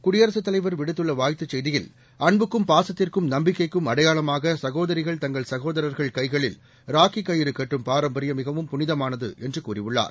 குடியரசுத் தலைவர் விடுத்துள்ள வாழ்த்துச் செய்தியில் அன்புக்கும் பாசத்திற்கும் நம்பிக்கைக்கும் அடையாளமாக சகோதரிகள் தங்கள் சகோதரர்கள் கைகளில் ராக்கி கயிறு கட்டும் பாரம்பரியம் மிகவும் புனிதமானது என்று கூறியுள்ளார்